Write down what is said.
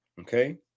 Okay